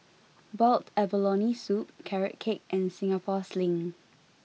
Boiled Abalone Soup Carrot Cake and Singapore Sling